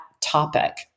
topic